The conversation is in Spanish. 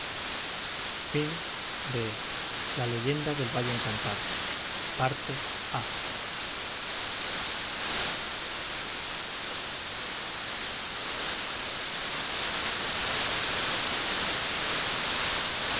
la leyenda del valle encantado